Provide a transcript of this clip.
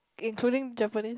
including Japanese